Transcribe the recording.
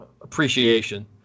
appreciation